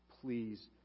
please